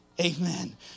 amen